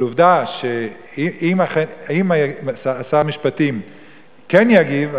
אבל עובדה שאם שר המשפטים כן יגיב,